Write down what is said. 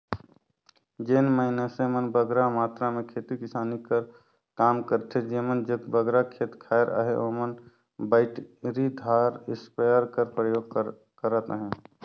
जेन मइनसे मन बगरा मातरा में खेती किसानी कर काम करथे जेमन जग बगरा खेत खाएर अहे ओमन बइटरीदार इस्पेयर कर परयोग करत अहें